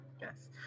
yes